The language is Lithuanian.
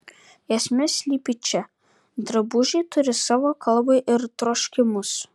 esmė slypi čia drabužiai turi savo kalbą ir troškimus